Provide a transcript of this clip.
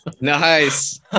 Nice